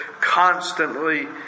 constantly